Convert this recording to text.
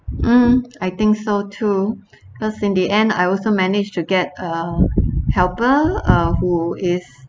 mm I think so too because in the end I also managed to get a helper uh who is